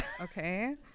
okay